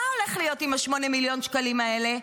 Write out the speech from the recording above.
מה הולך להיות עם 8 מיליון השקלים האלה?